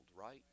right